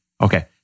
Okay